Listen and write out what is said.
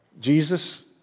Jesus